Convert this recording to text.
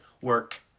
Work